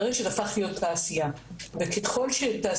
ברגע שזה הפך להיות תעשייה וככל תעשייה,